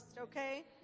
okay